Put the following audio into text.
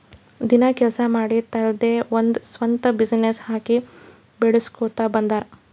ದಿನ ಕೆಲ್ಸಾ ಮಾಡಿ ತಮ್ದೆ ಒಂದ್ ಸ್ವಂತ ಬಿಸಿನ್ನೆಸ್ ಹಾಕಿ ಬೆಳುಸ್ಕೋತಾ ಬಂದಾರ್